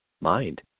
mind